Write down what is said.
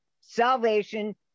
salvation